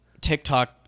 TikTok